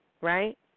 right